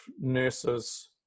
nurses